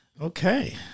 Okay